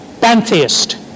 Pantheist